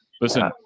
Listen